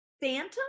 Phantom